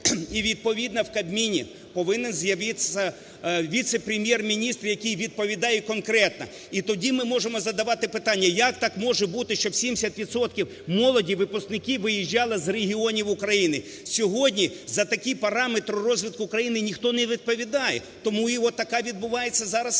і відповідно в Кабміні повинен з'явитися віце-прем'єр-міністр, який відповідає конкретно. І тоді ми можемо задавати питання: як так може бути, щоб 70 відсотків молоді, випускників виїжджали з регіонів України? Сьогодні за такий параметр розвитку України ніхто не відповідає. Тому і от така відбувається зараз